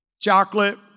chocolate